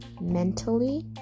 mentally